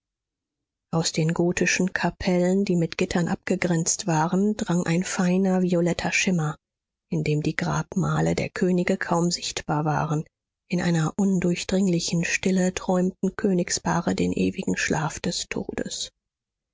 aus den gotischen kapellen die mit gittern abgegrenzt waren drang ein feiner violetter schimmer in dem die grabmale der könige kaum sichtbar waren in einer undurchdringlichen stille träumten königspaare den ewigen schlaf des todes